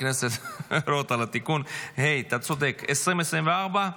I present this grave indictment: Since the war began,